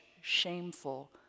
shameful